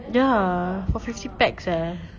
ya for fifty pax eh